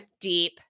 deep